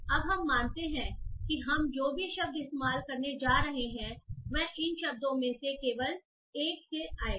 अब हम मानते हैं कि हम जो भी शब्द इस्तेमाल करने जा रहे हैं वह इन शब्दों में से केवल एक से आएगा